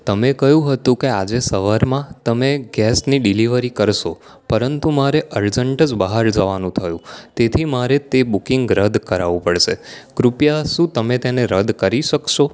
તમે કહ્યું હતું કે આજે સવારમાં તમે ગેસની ડિલિવરી કરશો પરંતુ મારે અરજન્ટ જ બહાર જવાનું થયું તેથી મારે તે બુકીંગ રદ કરાવવું પડશે કૃપયા શું તમે તેને શું રદ કરી શકશો